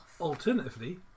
Alternatively